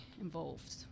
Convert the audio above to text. involved